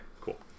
cool